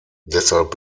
deshalb